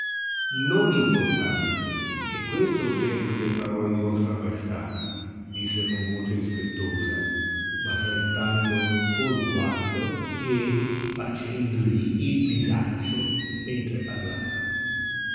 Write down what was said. interruppe non importante è questo il senso delle parole di vostra maestà disse con voce rispettosa ma saettandolo col guardo e facendogli il visaccio mentre parlava